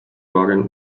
waren